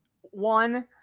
one